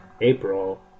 April